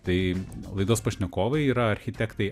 tai laidos pašnekovai yra architektai